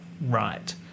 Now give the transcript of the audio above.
right